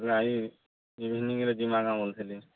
ନାଇଁ ଇଭନିଂରେ ଯିବାକୁ ବୋଲୁଥିଲି